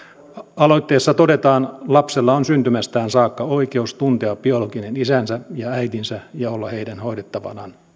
aloitteessa todetaan lapsella on syntymästään saakka oikeus tuntea biologinen isänsä ja äitinsä ja olla heidän hoidettavanaan